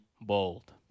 bold